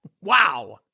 Wow